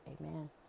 Amen